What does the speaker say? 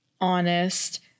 honest